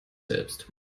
selbst